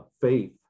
faith